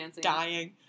dying